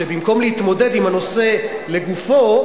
שבמקום להתמודד עם הנושא לגופו,